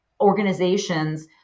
organizations